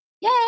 Yay